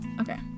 Okay